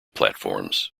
platforms